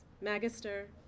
Magister